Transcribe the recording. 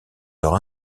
leur